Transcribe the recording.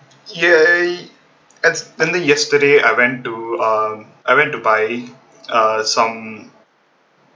ya and then yesterday I went to uh I went to buy some